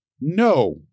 No